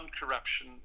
corruption